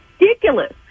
ridiculous